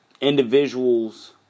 individuals